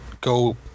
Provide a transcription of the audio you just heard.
go